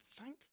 thank